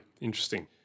interesting